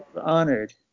honored